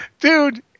Dude